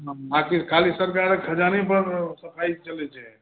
आकि खाली सरकारक खजाने पर सफाइ चलैत छै